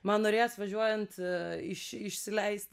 man norėjos važiuojant iš išsileist